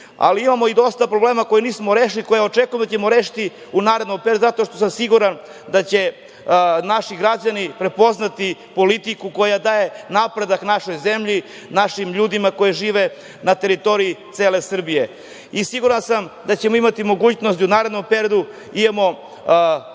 ali imamo i dosta problema koje nismo rešili, koje očekujemo da ćemo rešiti u narednom periodu, zato što sam siguran da će naši građani prepoznati politiku koja daje napredak našoj zemlji, našim ljudima koji žive na teritoriji cele Srbije. Siguran sam da ćemo imati mogućnost da i u narednom periodu imamo